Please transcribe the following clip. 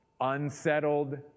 unsettled